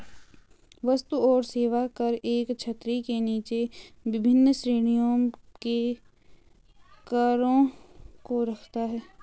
वस्तु और सेवा कर एक छतरी के नीचे विभिन्न श्रेणियों के करों को रखता है